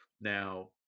Now